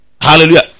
Hallelujah